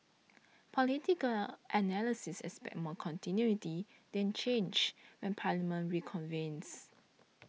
political analysts expect more continuity than change when Parliament reconvenes